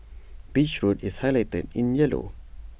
beach road is highlighted in yellow